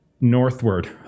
northward